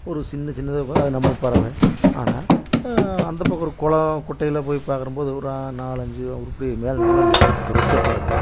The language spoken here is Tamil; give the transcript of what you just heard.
ஒரு சின்ன சின்னதாக இருக்கும் அது நம்ம பறவை ஆனால் அந்தப்பக்கம் ஒரு குளம் குட்டையில் போய் பார்க்கிற போது ஒரு நாலஞ்சு உருப்படி மேலே நல்லா நிறைய பெருசாக பறக்கும்